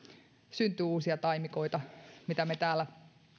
syntyy uusia taimikoita mitä me täällä